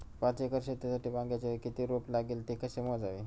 पाच एकर शेतीसाठी वांग्याचे किती रोप लागेल? ते कसे मोजावे?